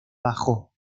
bajó